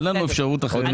אין לנו אפשרות אחרת.